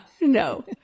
No